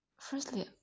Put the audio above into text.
firstly